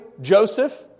Joseph